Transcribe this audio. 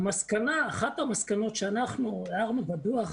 אחת המסקנות שאנחנו הערנו בדוח